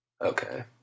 Okay